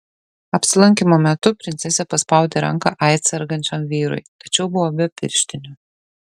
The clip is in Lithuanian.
apsilankymo metu princesė paspaudė ranką aids sergančiam vyrui tačiau buvo be pirštinių